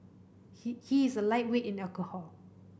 he he is a lightweight in alcohol